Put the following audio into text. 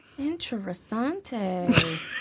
Interessante